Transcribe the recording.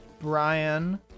Brian